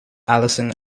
alison